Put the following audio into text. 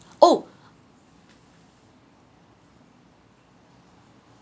oh